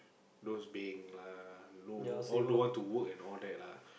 those beng lah know all don't want to work and all that lah